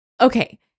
okay